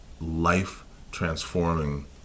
life-transforming